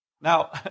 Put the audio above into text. Now